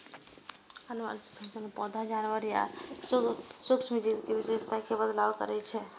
आनुवंशिक संशोधन पौधा, जानवर या सूक्ष्म जीव के विशेषता मे बदलाव करै छै